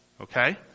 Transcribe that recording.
Okay